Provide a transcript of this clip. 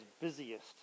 busiest